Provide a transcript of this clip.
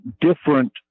different